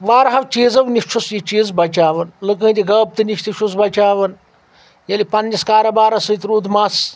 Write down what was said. وارٕہوَ چیٖزو نِش چھُس یہِ چیٖز بَچاوان لُکہٕ ہٕنٛدِ غٲبتہِ نِش تہِ چھُس بَچاوَان ییٚلہِ پَنٛنِس کاروبارَس سۭتۍ روٗد مَس